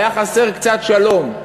היה חסר קצת שלום,